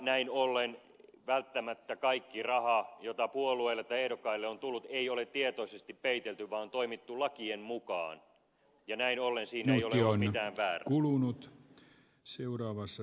näin ollen välttämättä kaikkea rahaa jota puolueelle tai ehdokkaille on tullut ei ole tietoisesti peitelty vaan on toimittu lakien mukaan ja näin ollen siinä ei ole ollut mitään väärää